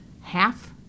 Half